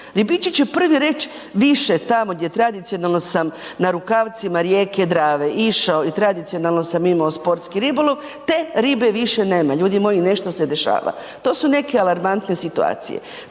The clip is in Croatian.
ribiči će prvi reći više tamo gdje tradicionalno sam na rukavcima rijeke Drave išao i tradicionalno sam imao sportski ribolov, te ribe više nema, ljudi moji nešto se dešava. To su neke alarmantne situacije.